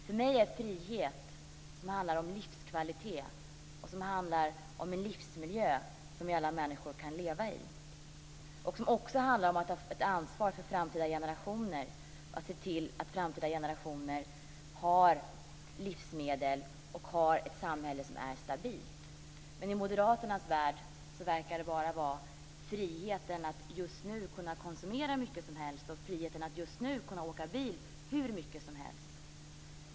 För mig handlar frihet om livskvalitet och om en livsmiljö som vi alla människor kan leva i. Det handlar också om ta ansvar för framtida generationer och se till att de har livsmedel och att de kan leva i ett samhälle som är stabilt. Men i moderaternas värld verkar det bara vara friheten att just nu kunna konsumera hur mycket som helst och friheten att just nu kunna åka bil hur mycket som helst.